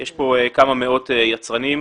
יש כאן כמה מאות יצרנים.